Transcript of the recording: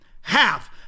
Half